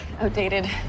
outdated